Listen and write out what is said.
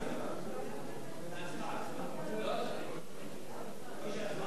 גברתי היושבת-ראש,